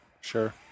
Sure